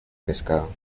pescado